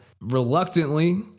reluctantly